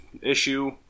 issue